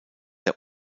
der